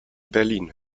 berlin